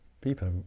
people